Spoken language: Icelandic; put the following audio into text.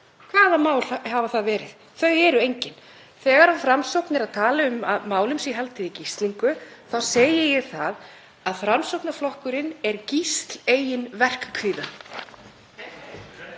Hvaða mál hafa það verið? Þau eru engin. Þegar Framsókn talar um að málum sé haldið í gíslingu þá segi ég það að Framsóknarflokkurinn er gísl eigin verkkvíða.